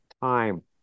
time